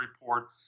report